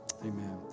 Amen